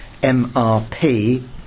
MRP